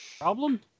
Problem